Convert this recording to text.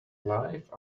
life